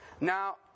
Now